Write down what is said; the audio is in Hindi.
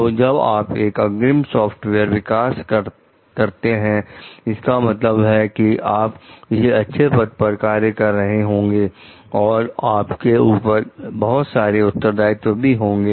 तो जब आप एक अग्रिम सॉफ्टवेयर विकास करता है इसका मतलब है कि आप किसी अच्छे पद पर कार्य कर रहे होंगे और आपके ऊपर बहुत सारे उत्तरदायित्व भी होंगे